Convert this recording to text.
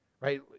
Right